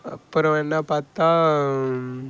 அப்புறம் என்ன பார்த்தா